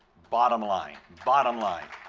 bottom line. bottom line.